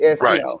Right